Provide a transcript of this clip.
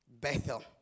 Bethel